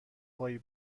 هایی